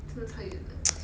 真的太远了